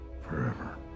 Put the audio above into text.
forever